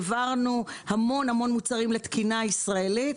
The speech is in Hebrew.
העברנו המון המון מוצרים לתקינה ישראלית,